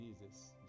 Jesus